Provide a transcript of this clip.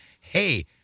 Hey